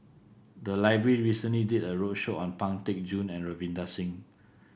the library recently did a roadshow on Pang Teck Joon and Ravinder Singh